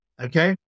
Okay